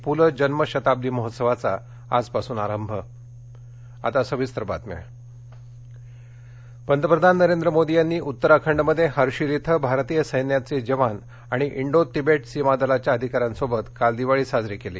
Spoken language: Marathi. पुल जन्मशताब्दी महोत्सवाचा आजपासून आरंभ पंतप्रधान पंतप्रधान नरेंद्र मोदी यांनी उत्तराखंडमध्ये हर्शिल इथं भारतीय सैन्याचे जवान आणि इंडो तिबेट सीमा दलाच्या अधिकाऱ्यांसोबत काल दिवाळी साजरी केली